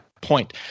point